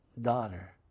daughter